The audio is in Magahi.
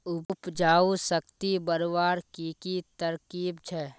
उपजाऊ शक्ति बढ़वार की की तरकीब छे?